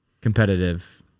competitive